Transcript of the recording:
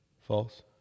False